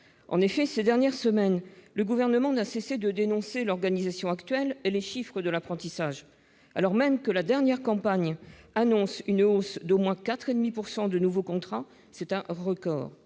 Ces dernières semaines, le Gouvernement n'a cessé de dénoncer l'organisation actuelle et les chiffres de l'apprentissage, alors même que la dernière campagne fait état d'une hausse d'au moins 4,5 % du nombre de contrats, un record.